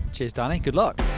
cheers, danny. good luck.